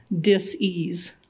dis-ease